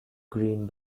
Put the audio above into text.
green